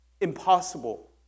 impossible